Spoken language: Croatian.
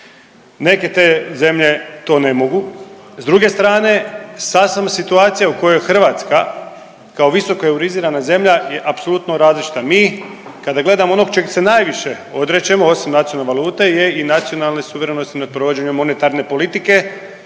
neke te zemlje to ne mogu, s druge strane sasvim situacija u kojoj Hrvatska kao visoko eurizirana zemlja je apsolutno različita. Mi kada gledamo onog čeg se najviše odričemo osim nacionalne valute je i nacionalne suverenosti nad provođenjem monetarne politike